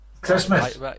Christmas